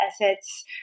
assets